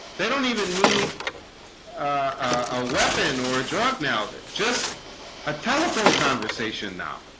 they don't even need a weapon or a job now that just a telephone conversation now